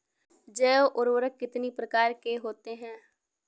जैव उर्वरक कितनी प्रकार के होते हैं?